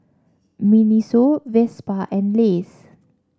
Miniso Vespa and Lays